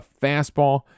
fastball